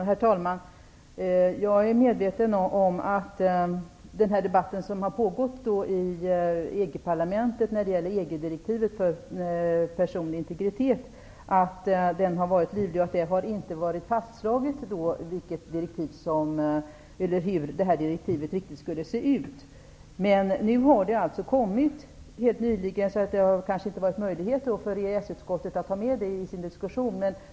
Herr talman! Jag är medveten om att den debatt som har pågått i EG-parlamentet när det gäller EG direktivet om personlig integritet har varit livlig. Det har inte varit fastslaget hur direktivet skall se ut. Nu har det kommit, helt nyligen. Det har kanske inte funnits möjlighet för EES-utskottet att ta med det i sin diskussion.